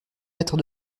mètres